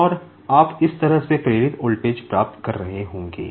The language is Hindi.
और आप इस तरह से प्रेरित वोल्टेज प्राप्त कर रहे होंगे